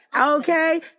Okay